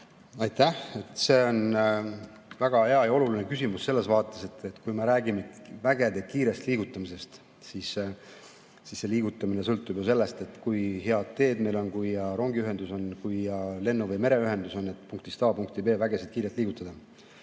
Aitäh! See on väga hea ja oluline küsimus selles vaates, et kui me räägime vägede kiirest liigutamisest, siis see liigutamine sõltub ju sellest, kui head teed meil on, kui hea rongiühendus on, kui hea lennu‑ või mereühendus on, et punktist A punkti B vägesid kiirelt liigutada.